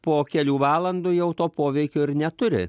po kelių valandų jau to poveikio ir neturi